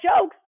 jokes